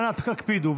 אנא הקפידו,